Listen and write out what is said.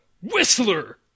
Whistler